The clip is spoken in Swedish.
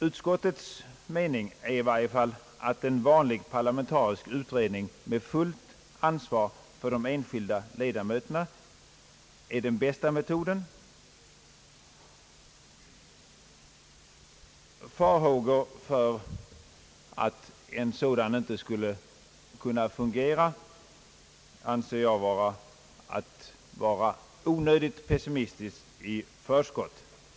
Utskottets mening är i varje fall att en vanlig parlamentarisk utredning med fullt ansvar för de enskilda ledamöterna är den bästa metoden. Farhågor för att en sådan utredning inte skulle kunna fungera anser jag tyda på att man är onödigt pessimistisk i förskott.